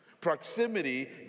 Proximity